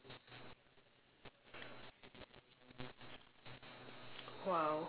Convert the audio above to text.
!wow!